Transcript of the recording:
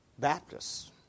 Baptists